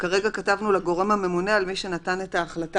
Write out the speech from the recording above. --- כרגע כתבנו "לגורם הממונה על מי שנתן את ההחלטה"